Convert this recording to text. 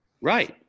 Right